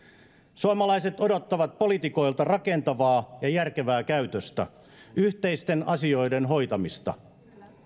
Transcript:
suomalaiset odottavat poliitikoilta rakentavaa ja järkevää käytöstä yhteisten asioiden hoitamista